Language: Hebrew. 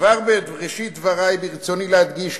"כבר בראשית דברי ברצוני להדגיש,